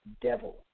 devil